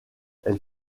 elle